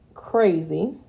crazy